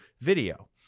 video